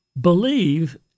believe